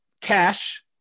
Cash